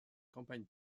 campagnes